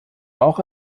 auch